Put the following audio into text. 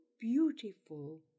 beautiful